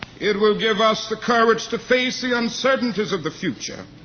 it will give us the courage to face the uncertainties of the future.